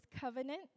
covenant